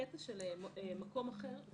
הקטע של מקום אחר,